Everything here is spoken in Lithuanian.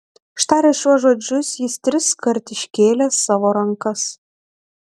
ištaręs šiuos žodžius jis triskart iškėlė savo rankas